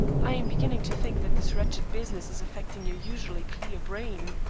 i am beginning to think that this wretched business is affecting your usually clear brain.